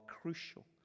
crucial